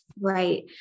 Right